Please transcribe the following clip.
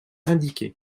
indiqués